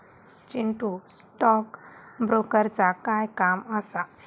Chintu, stock ब्रोकरचा काय काम असा?